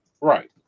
right